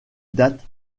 date